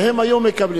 והם היו מקבלים,